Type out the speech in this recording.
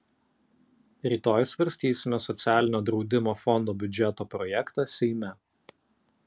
rytoj svarstysime socialinio draudimo fondo biudžeto projektą seime